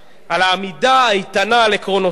על העמידה האיתנה על עקרונותיה,